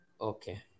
Okay